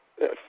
Yes